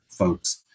Folks